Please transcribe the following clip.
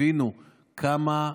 הבינו כמה,